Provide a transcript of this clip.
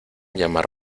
llamar